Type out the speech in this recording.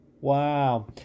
Wow